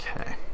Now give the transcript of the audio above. okay